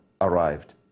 arrived